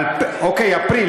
אוקיי, אפריל.